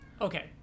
okay